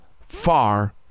far